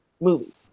movie